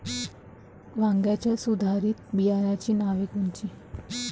वांग्याच्या सुधारित बियाणांची नावे कोनची?